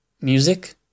Music